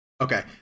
Okay